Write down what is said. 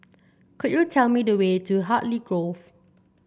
could you tell me the way to Hartley Grove